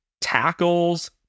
tackles